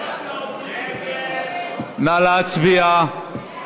נא להצביע.